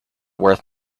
worth